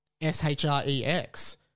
S-H-R-E-X